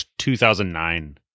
2009